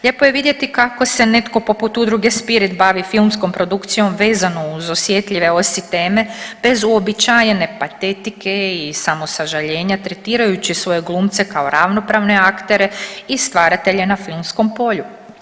Lijepo je vidjeti kako se netko poput udruge Spirit bavi filmskom produkcijom vezano uz osjetljive OSI teme bez uobičajene patetike i samosažaljenja, tretirajući svoje glumce kao ravnopravne aktere i stvaratelje na filmskom polju.